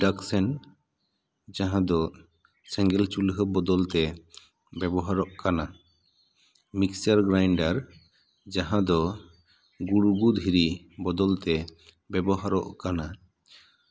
induction ᱡᱟᱦᱟᱸ ᱫᱚ ᱥᱮᱸᱜᱮᱞ ᱪᱩᱞᱦᱟᱹ ᱵᱚᱫᱚᱞ ᱛᱮ ᱵᱮᱵᱚᱦᱟᱨᱚᱜ ᱠᱟᱱᱟ ᱢᱤᱠᱥᱪᱟᱨ ᱜᱨᱟᱭᱮᱱᱰᱟᱨ ᱡᱟᱦᱟᱸ ᱫᱚ ᱜᱩᱲᱜᱩ ᱫᱷᱤᱨᱤ ᱵᱚᱫᱚᱞᱛᱮ ᱵᱮᱵᱚᱦᱟᱨᱚᱜ ᱠᱟᱱᱟ